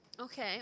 Okay